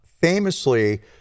Famously